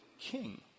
king